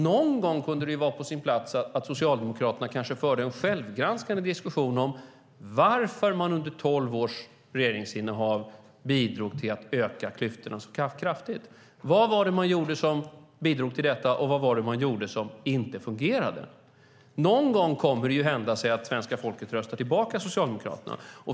Någon gång kunde det vara på sin plats att Socialdemokraterna förde en självgranskande diskussion om varför man under tolv års regeringsinnehav bidrog till att öka klyftorna så kraftigt. Vad var det man gjorde som bidrog till detta, och vad var det man gjorde som inte fungerade? Någon gång kommer det att hända att svenska folket röstar tillbaka Socialdemokraterna.